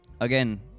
Again